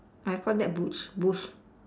I call that bush bush